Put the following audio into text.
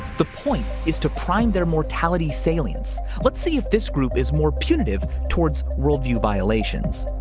the point is to prime their mortality salience. let's see if this group is more punitive towards worldview violations.